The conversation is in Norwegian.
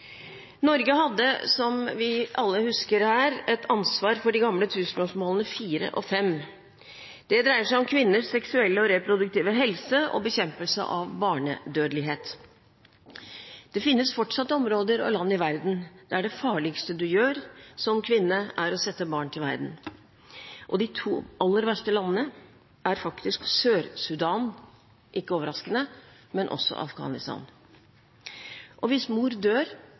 Norge hadde, som vi alle husker her, et særskilt ansvar for de gamle tusenårsmålene 4 og 5. Det dreier seg om kvinners seksuelle og reproduktive helse og bekjempelse av barnedødelighet. Det finnes fortsatt områder og land i verden der det farligste du gjør som kvinne, er å sette barn til verden. De to aller verste landene er Sør-Sudan – ikke overraskende – og Afghanistan. Hvis mor dør